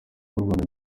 rwanda